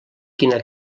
quina